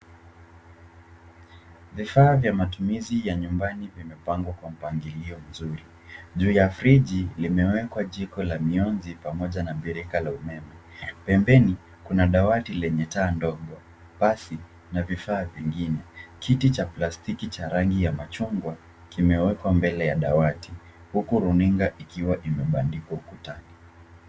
Vifaa vya matumizi ya nyumbani vimepangwa kwa mpangilio mzuri. Juu ya firiji limewekwa jiko la mionzi pamoja na birika la umeme. Pembeni kuna dawati lenye taa ndogo, pasi na vifaa vingine. Kiti cha plastiki cha rangi ya machungwa limewekwa mbele ya dawati huku runinga ikiwa imebandikwa ukutani.